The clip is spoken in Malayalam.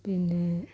പിന്നേ